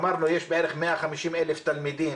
אמרנו שיש בערך 150,000 תלמידים.